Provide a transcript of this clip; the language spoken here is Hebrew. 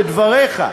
לדבריך.